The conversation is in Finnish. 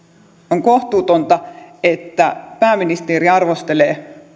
on kohtuutonta että pääministeri arvostelee